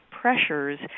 pressures